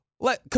Let